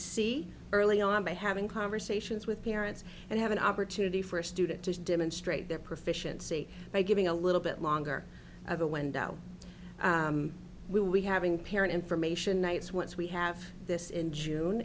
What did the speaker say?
see early on by having conversations with parents and have an opportunity for a student to demonstrate their proficiency by giving a little bit longer of a window we having parent information nights once we have this in june